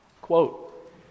Quote